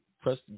Press